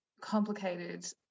complicated